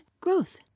growth